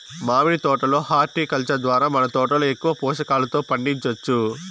మామిడి తోట లో హార్టికల్చర్ ద్వారా మన తోటలో ఎక్కువ పోషకాలతో పండించొచ్చు